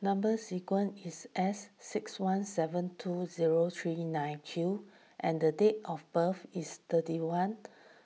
Number Sequence is S six one seven two zero three nine Q and the date of birth is thirty one